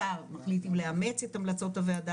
השר מחליט אם לאמץ את המלצות הוועדה